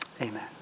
Amen